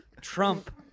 Trump